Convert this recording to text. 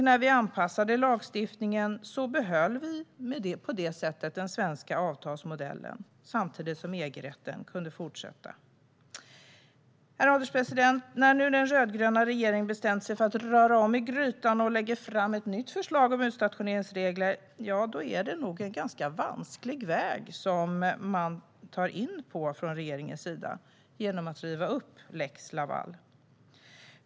När vi anpassade lagstiftningen behöll vi på det sättet den svenska avtalsmodellen samtidigt som EG-rätten kunde fortsätta. Herr ålderspresident! När nu den rödgröna regeringen har bestämt sig för att röra om i grytan och lägger fram ett nytt förslag om utstationeringsregler är det nog en ganska vansklig väg man tar in på från regeringens sida genom att riva upp lex Laval.